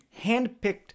handpicked